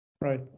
Right